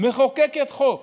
מחוקקת חוק